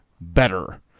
better